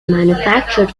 manufactured